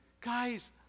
Guys